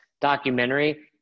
documentary